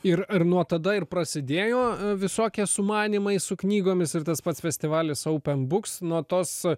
ir ar nuo tada ir prasidėjo visokie sumanymai su knygomis ir tas pats festivalis oupen buks nuo tos